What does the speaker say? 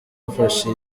bafashe